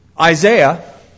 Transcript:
Isaiah